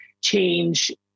change